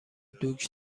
دوگ